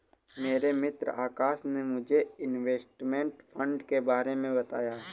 मेरे मित्र आकाश ने मुझे इनवेस्टमेंट फंड के बारे मे बताया